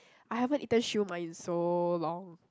I haven't eaten siew mai in so long